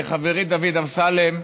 חברי דוד אמסלם,